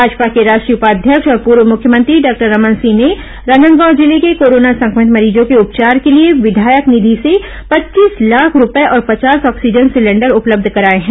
भाजपा के राष्ट्रीय उपाध्याक्ष और पर्व मुख्यमंत्री डॉक्टर रमन सिंह ने राजनांदगांव जिले के कोरोना संक्रमित मरीजों के उपचार के लिए विधायक निधि से पच्चीस लाख रूपए और पचास ऑक्सीजन सिलेंडर उपलब्ध कराए हैं